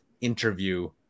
interview